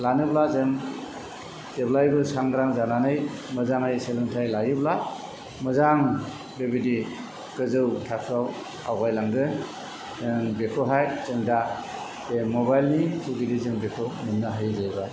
लानोब्ला जों जेब्लाबो सांग्रां जानानै मोजाङै सोलोंथाइ लायोब्ला मोजां बेबादि गोजौ थाखोआव आवगायलांगोन जों बेखौहाय जों दा बे मबाइल नि जुगेदि जों बेखौ मोन्नो हायो जाहैबाय